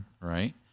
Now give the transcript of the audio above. right